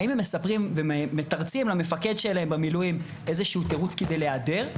האם הם מספרים ומתרצים למפקד שלהם במילואים איזשהו תירוץ כדי להיעדר,